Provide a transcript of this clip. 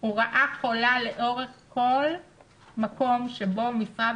הוא רעה חולה לאורך כל מקום שבו משרד